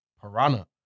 Piranha